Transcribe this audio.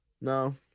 No